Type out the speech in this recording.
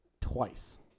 twice